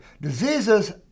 Diseases